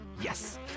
yes